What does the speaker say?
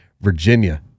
Virginia